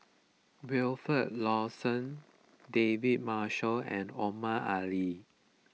Wilfed Lawson David Marshall and Omar Ali